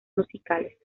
musicales